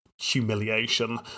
humiliation